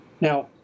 Now